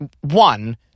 One